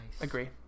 Agree